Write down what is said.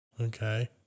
Okay